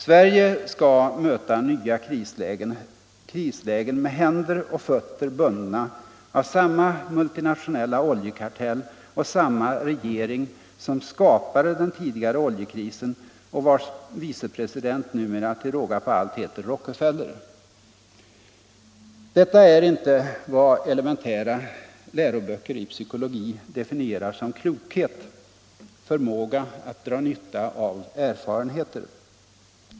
Sverige skall möta nya krislägen med händer och fötter bundna av samma multinationella oljekartell och samma regering som skapade den tidigare oljekrisen och vars vicepresident numera till råga på allt heter Rockefeller. Detta är inte vad elementära läroböcker i psykologi definierar som klokhet: förmåga att dra nytta av erfarenheter.